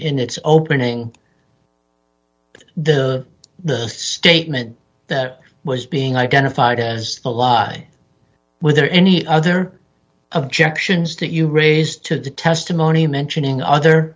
in its opening the the statement that was being identified as the lie with or any other objections to you raised to the testimony mentioning other